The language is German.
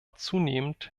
zunehmend